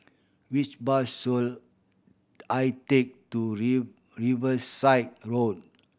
which bus should I take to leave Riverside Road